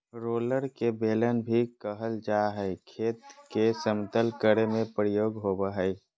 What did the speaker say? roller के बेलन भी कहल जा हई, खेत के समतल करे में प्रयोग होवअ हई